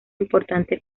importante